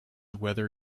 whether